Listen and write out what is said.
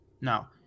Now